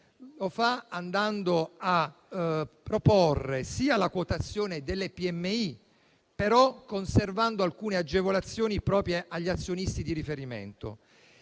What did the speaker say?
Va a proporre sia la quotazione delle PMI, conservando però alcune agevolazioni proprio agli azionisti di riferimento,